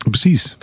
Precies